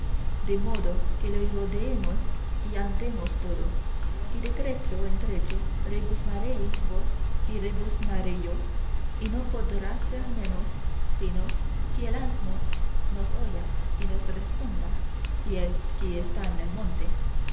de modo que le rodeemos y andemos todo y de trecho en trecho rebuznaréis vos y rebuznaré yo y no podrá ser menos sino que el asno nos oya y nos responda si es que está en el monte